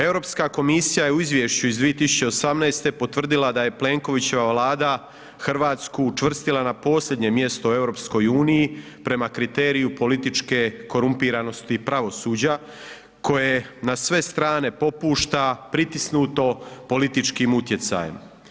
EU komisija je u izvješću iz 2018. potvrdila da je Plenkovićeva Vlada Hrvatsku učvrstila na posljednje mjesto u EU prema kriteriju političke korumpiranosti pravosuđa koje na sve strane popušta, pritisnuto političkim utjecajem.